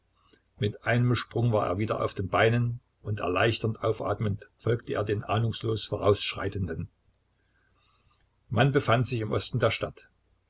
mit einem sprung war er wieder auf den beinen und erleichternd aufatmend folgte er dem ahnungslos vorausschreitenden man befand sich im osten der stadt